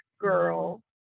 girl